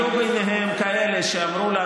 אני יודע שאתה מתייעץ עם מי כל שאתה